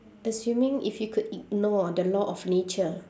assuming if you could ignore the law of nature